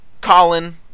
Colin